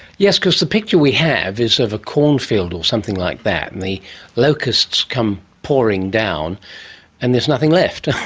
yes, because the picture we have is of a cornfield or something like that, and the locusts come pouring down and there's nothing left.